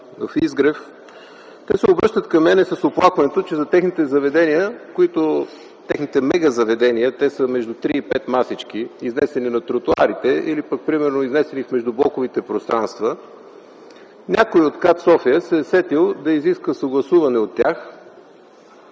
в „Изгрев”. Те се обръщат към мен с оплакванията, че на техните заведения – техните мегазаведения, те са между 3 и 5 масички, изнесени на тротоарите или например изнесени в междублоковите пространства, някой от КАТ-София се е сетил да изиска съгласуване от тях.